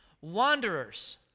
Wanderers